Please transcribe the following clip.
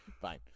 fine